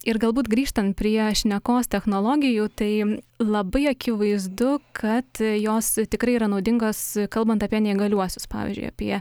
ir galbūt grįžtant prie šnekos technologijų tai labai akivaizdu kad jos tikrai yra naudingos kalbant apie neįgaliuosius pavyzdžiui apie